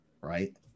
right